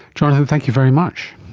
jonathan, thank you very much.